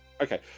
Okay